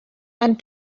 and